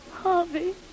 Harvey